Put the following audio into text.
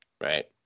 right